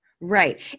Right